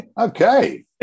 Okay